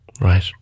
Right